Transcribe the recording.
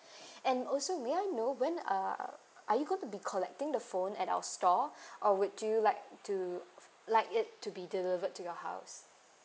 and also may I know when uh are you going to be collecting the phone at our store or would you like to like it to be delivered to your house